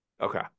Okay